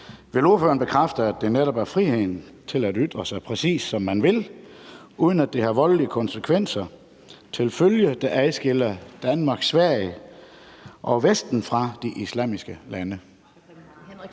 Vil ordføreren bekræfte, at det netop er friheden til at ytre sig, præcis som man vil, uden at det har voldelige konsekvenser til følge, der adskiller Danmark, Sverige og Vesten fra de islamiske lande?